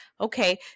Okay